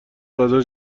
غذا